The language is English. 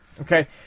Okay